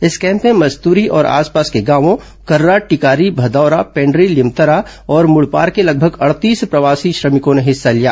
इस कैम्प में मस्तूरी और आसंपास के गांवों कर्रा टिकारी भदौरा पेण्ड्री लिमतरा और मुड़पार के लगभग अड़तीस प्रवासी श्रमिकों ने हिस्सा लिया